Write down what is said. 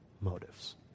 motives